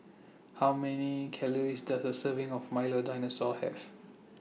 How Many Calories Does A Serving of Milo Dinosaur Have